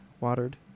watered